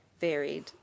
varied